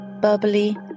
bubbly